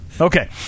Okay